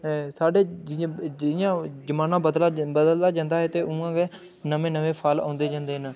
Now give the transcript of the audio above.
साढ़े जि'यां जि'यां जमाना बदला बदलदा जंदा ऐ ते 'उआं गै नमें नमें फल औंदे जंदे न